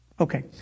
Okay